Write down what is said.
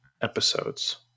episodes